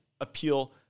appeal